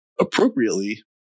appropriately